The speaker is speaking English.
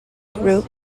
group